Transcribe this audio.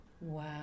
Wow